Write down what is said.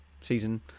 season